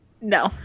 no